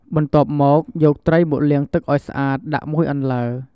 បន្ទាប់មក យកត្រីមកលាងទឹកឲ្យស្អាតដាក់មួយអន្លើ។